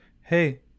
hey